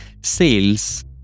sales